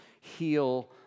heal